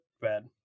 Bad